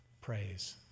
praise